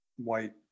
white